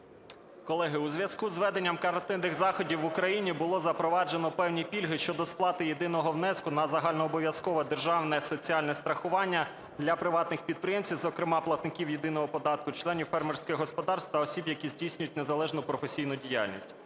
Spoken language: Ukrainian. Колеги, у зв'язку з введенням карантинних заходів в Україні, було запроваджено певні пільги щодо сплати єдиного внеску на загальнообов'язкове державне соціальне страхування для приватних підприємців, зокрема платників єдиного податку, членів фермерських господарств та осіб, які здійснюють незалежну професійну діяльність.